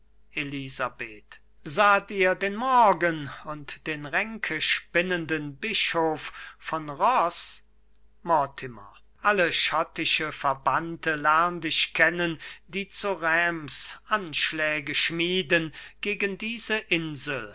elisabeth saht ihr den morgan und den ränkespinnenden bischof von roße mortimer alle schottische verbannte lernt ich kennen die zu reims aschläge schmieden gegen diese insel